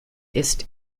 ist